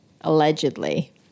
Allegedly